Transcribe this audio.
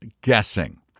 guessing